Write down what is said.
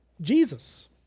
Jesus